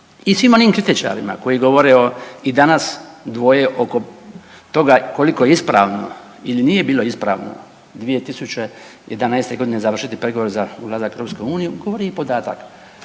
I svim onim kritičarima koji govore i danas dvoje oko toga koliko je ispravno ili nije bilo ispravno 2011. godine završiti pregovore za ulazak u Europsku uniju govori i podatak